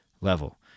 level